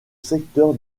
secteur